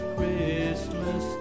Christmas